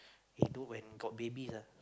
eh know when got babies ah